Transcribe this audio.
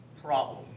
problem